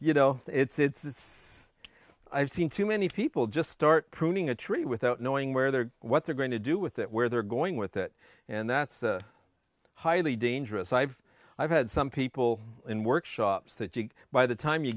you know it's it's i've seen too many people just start pruning a tree without knowing where they are what they're going to do with it where they're going with it and that's the highly dangerous i've i've had some people in workshops that you by the time you